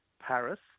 Paris